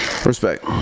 Respect